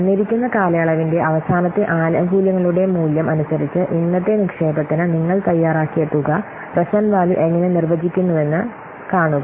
തന്നിരിക്കുന്ന കാലയളവിന്റെ അവസാനത്തെ ആനുകൂല്യങ്ങളുടെ മൂല്യം അനുസരിച്ച് ഇന്നത്തെ നിക്ഷേപത്തിന് നിങ്ങൾ തയ്യാറാക്കിയ തുക പ്രേസേന്റ്റ് വാല്യൂ എങ്ങനെ നിർവചിക്കുന്നുവെന്ന് കാണുക